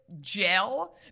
gel